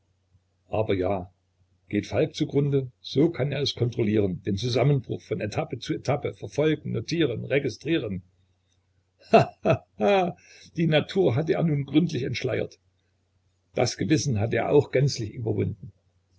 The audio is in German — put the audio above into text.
aber ja geht falk zu grunde so kann er es kontrollieren den zusammenbruch von etappe zu etappe verfolgen notieren registrieren he he he die natur hatte er nun gründlich entschleiert das gewissen hatte er auch gänzlich überwunden